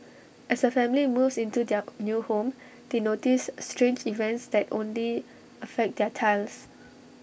as A family moves into their new home they notice strange events that only affect their tiles